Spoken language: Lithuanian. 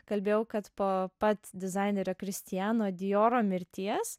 kalbėjau kad po pat dizainerio kristiano dijoro mirties